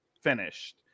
finished